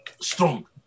strong